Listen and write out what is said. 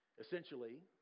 essentially